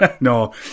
No